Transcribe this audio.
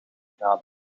graden